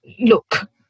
Look